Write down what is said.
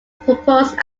proposed